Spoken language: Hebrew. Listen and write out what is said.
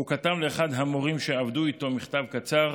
הוא כתב לאחד המורים שעבדו איתו מכתב קצר